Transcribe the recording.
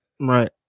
right